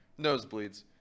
Nosebleeds